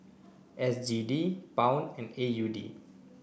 S G D Pound and A U D